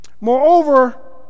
Moreover